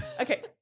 Okay